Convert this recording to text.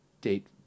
date